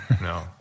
no